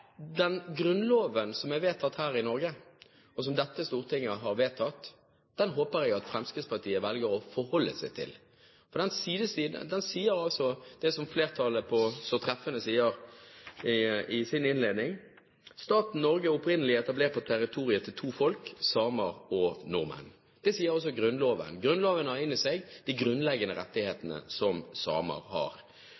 Den grunnloven som gjelder for Norge, og som Stortinget har vedtatt, håper jeg at Fremskrittspartiet velger å forholde seg til. Den sier det som flertallet så treffende sier i sin innledning, «at staten Norge opprinnelig er etablert på territoriet til to folk, samer og nordmenn». Det sier altså Grunnloven. Grunnloven har inne i seg de grunnleggende